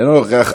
אינו נוכח.